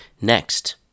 Next